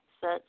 set